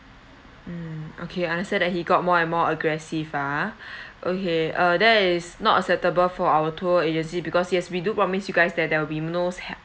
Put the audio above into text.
mm okay I understand that he got more and more aggressive ah okay uh that is not acceptable for our tour agency because yes we do promise you guys that there will be no